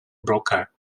broker